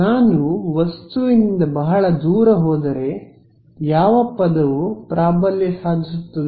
ನಾನು ವಸ್ತುವಿನಿಂದ ಬಹಳ ದೂರ ಹೋದರೆ ಯಾವ ಪದವು ಪ್ರಾಬಲ್ಯ ಸಾಧಿಸುತ್ತದೆ